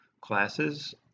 classes